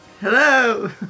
hello